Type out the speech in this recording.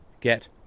Get